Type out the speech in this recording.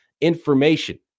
information